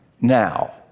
Now